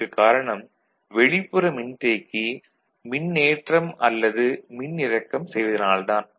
இதற்குக் காரணம் வெளிப்புற மின்தேக்கி மின்னேற்றம் அல்லது மின்னிறக்கம் செய்வதனால் தான்